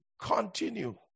continue